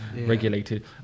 regulated